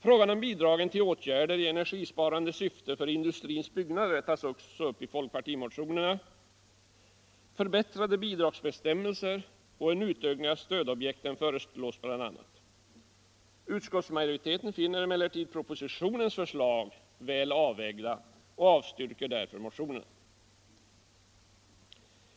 Frågan om bidragen till åtgärder i energisparande syfte för industrins byggnader tas också upp i folkpartimotionerna, och förbättrade bidragsbestämmelser och en utökning av stödobjekten föreslås bl.a. Utskottsmajoriteten finner propositionens förslag väl avvägda och avstyrker därför motionerna.